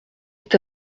est